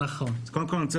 קודם כל,